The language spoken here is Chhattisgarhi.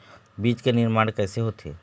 बीज के निर्माण कैसे होथे?